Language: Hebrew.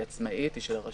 היא עצמאית, היא של הרשות,